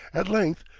at length,